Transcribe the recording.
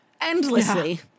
endlessly